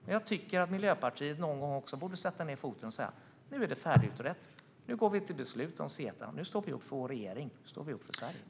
Men jag tycker att Miljöpartiet någon gång också borde sätta ned foten och säga: Nu är det färdigutrett. Nu går vi till beslut om CETA. Nu står vi upp för vår regering, och nu står vi upp för Sverige.